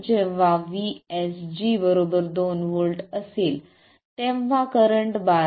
जेव्हा VSG 2 V असेल तेव्हा करंट 12